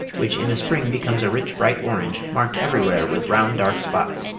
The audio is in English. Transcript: which in the spring becomes a rich bright orange, marked everywhere with round dark spots.